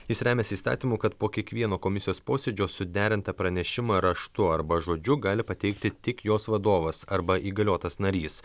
jis remiasi įstatymu kad po kiekvieno komisijos posėdžio suderintą pranešimą raštu arba žodžiu gali pateikti tik jos vadovas arba įgaliotas narys